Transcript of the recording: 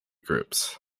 groups